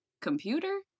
computer